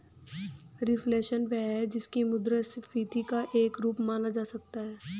reflation वह है जिसको मुद्रास्फीति का एक रूप माना जा सकता है